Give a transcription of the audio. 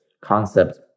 concept